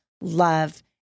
love